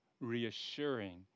reassuring